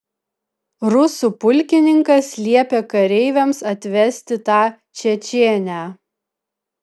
rusų pulkininkas liepė kareiviams atvesti tą čečėnę